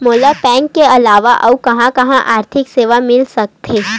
मोला बैंक के अलावा आऊ कहां कहा आर्थिक सेवा मिल सकथे?